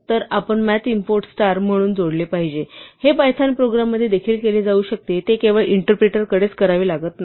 तर आपण math import star पासून जोडले पाहिजे हे पायथॉन प्रोग्राममध्ये देखील केले जाऊ शकते ते केवळ इंटरप्रिटर कडेच करावे लागत नाही